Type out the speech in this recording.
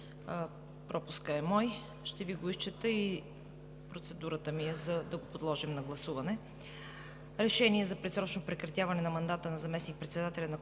Пропускът е мой. Ще Ви го изчета и процедурата ми е да го подложим на гласуване: „РЕШЕНИЕ за предсрочно прекратяване на мандата на заместник председателя на